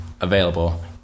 available